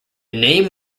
name